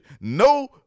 No